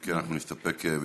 אם כן, אנחנו נסתפק בדבריך.